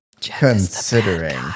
Considering